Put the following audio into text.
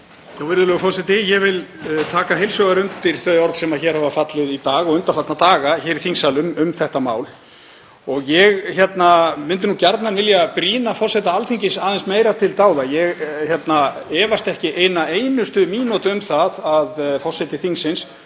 Virðulegur forseti. Ég vil taka heils hugar undir þau orð sem hér hafa fallið í dag og undanfarna daga í þingsal um þetta mál. Ég myndi gjarnan vilja brýna forseta Alþingis meira til dáða. Ég efast ekki eina einustu mínútu um það að forseti þingsins